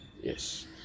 yes